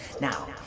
Now